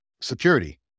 security